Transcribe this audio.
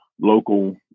local